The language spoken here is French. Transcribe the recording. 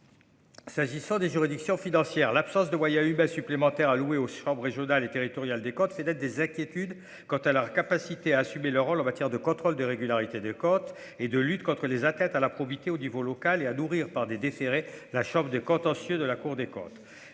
S'agissant des juridictions financières, l'absence de Goya il y a eu bah supplémentaires alloués aux chambres régionales et territoriales des comptes, c'est d'être des inquiétudes quant à la capacité à assumer leur rôle en matière de contrôles de régularité des côtes et de lutte contre les enquêtes à la probité au niveau local et à nourrir par des desserrer la chauffe de contentieux de la Cour des comptes,